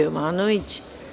Jovanović.